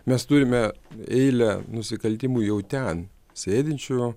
mes turime eilę nusikaltimų jau ten sėdinčių